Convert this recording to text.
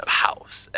house